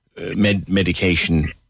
medication